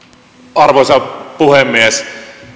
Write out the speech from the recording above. arvoisa puhemies